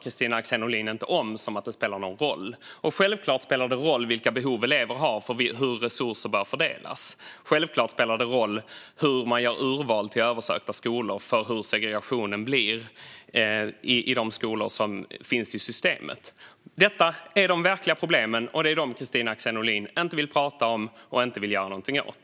Kristina Axén Olin låtsas som att detta inte spelar någon roll. Självklart spelar det roll vilka behov elever har för hur resurser bör fördelas. Självklart spelar det roll hur man gör urval till översökta skolor för hur segregationen blir i de skolor som finns i systemet. Detta är de verkliga problemen, och det är dem Kristina Axén Olin inte vill prata om och inte vill göra någonting åt.